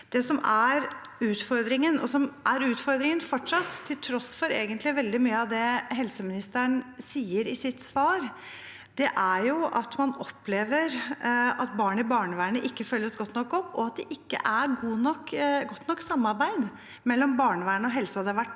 Det som er utfordringen – og som fortsatt er utfordringen, til tross for veldig mye av det helseministeren sier i sitt svar – er at man opplever at barn i barnevernet ikke følges godt nok opp, og at det ikke er godt nok samarbeid mellom barnevern og helse. Det har vært